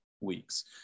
weeks